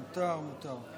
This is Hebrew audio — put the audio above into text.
מותר, מותר.